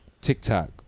TikTok